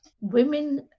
women